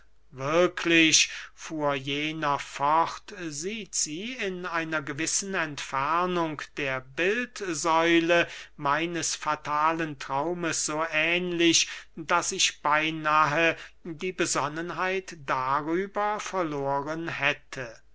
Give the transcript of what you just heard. wirklich fuhr jener fort sieht sie in einer gewissen entfernung der bildsäule meines fatalen traumes so ähnlich daß ich beynahe die besonnenheit darüber verloren hätte